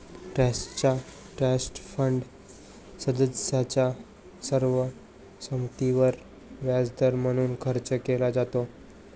ट्रस्टचा trust fund सदस्यांच्या सर्व संमतीवर व्याजदर म्हणून खर्च केला जातो